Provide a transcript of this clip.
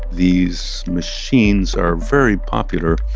these machines are very popular.